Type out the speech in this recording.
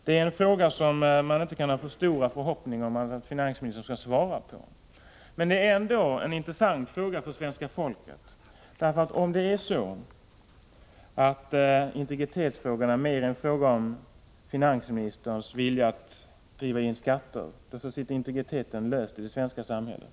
Det är en fråga som man inte kan ha stora förhoppningar om att finansministern skall svara på. Det är ändå en intressant fråga för svenska folket, för om integritetsfrågan mera är en fråga om finansministerns vilja att driva in skatter, då sitter integriteten löst i det svenska samhället.